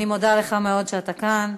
ואני מודה לך מאוד שאתה כאן.